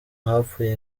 hapfuye